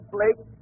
Blake